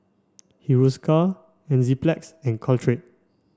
Hiruscar Enzyplex and Caltrate